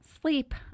Sleep